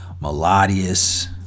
melodious